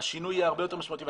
השינוי יהיה הרבה יותר משמעותי.